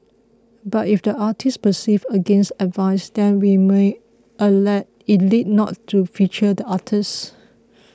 but if the artist persists against advice then we may elect not to feature the artist